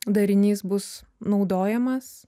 darinys bus naudojamas